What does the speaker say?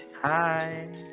Hi